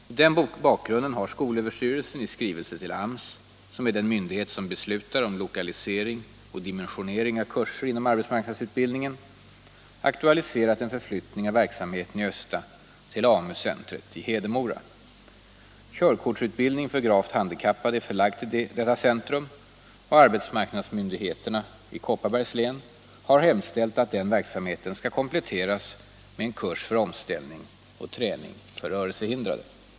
Mot denna bakgrund har SÖ i skrivelse till AMS, som är den myndighet som beslutar om lokalisering och dimensionering av kurser inom arbetsmarknadsutbildningen, aktualiserat en förflyttning av verksamheten i Östa till AMU centret i Hedemora. Körkortsutbildning för gravt handikappade är förlagd till detta centrum, och arbetsmarknadsmyndigheterna i Kopparbergs län har hemställt att denna verksamhet skall kompletteras med en kurs för omställning och träning för rörelsehindrade.